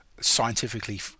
scientifically